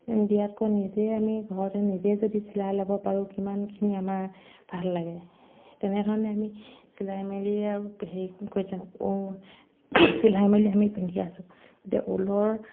দিয়াতকৈ নিজে আমি ঘৰতে নিজে যদি চিলাই ল'ব পাৰোঁ কিমানখিনি আমাৰ ভাল লাগে তেনেধৰণে আমি চিলাই মেলি আৰু হেৰি কৰি চিলাই মেলি আমি পিন্ধি আছোঁ এতিয়া ঊলৰ